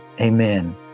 amen